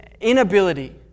inability